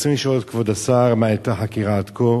ברצוני לשאול את כבוד השר: 1. מה העלתה החקירה עד כה?